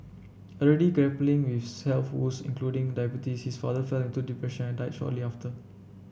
already grappling with health woes including diabetes his father fell into depression and died shortly after